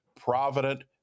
provident